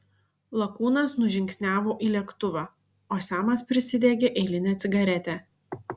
lakūnas nužingsniavo į lėktuvą o semas prisidegė eilinę cigaretę